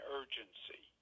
urgency